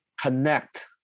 connect